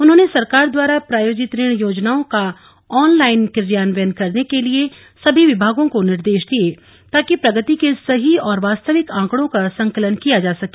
उन्होंने सरकार द्वारा प्रायोजित ऋण योजनाओं का ऑनलाइन क्रियान्वयन करने के लिए सभी विभागों को निर्देश दिए ताकि प्रगति के सही और वास्तविक आंकड़ों का संकलन किया जा सके